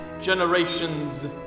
generations